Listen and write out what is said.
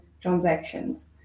transactions